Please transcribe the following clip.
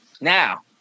now